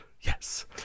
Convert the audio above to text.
yes